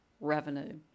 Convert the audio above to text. revenue